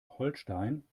holstein